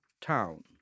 town